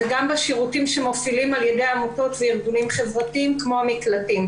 וגם בשירותים שמופעלים על ידי עמותות וארגונים חברתיים כמו המקלטים.